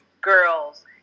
girls